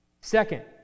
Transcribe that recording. Second